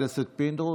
חבר הכנסת פינדרוס,